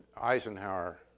Eisenhower